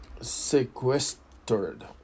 sequestered